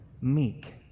meek